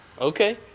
okay